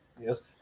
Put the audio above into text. Yes